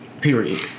Period